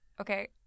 Okay